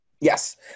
Yes